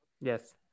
yes